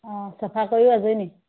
অঁ চাফা কৰি আজৰি নি